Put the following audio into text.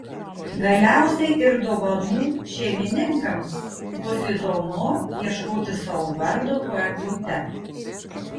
galiausiai ir dovanų šeimininkams bus įdomu ieškoti savo vardo po eglute